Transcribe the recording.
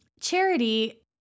Charity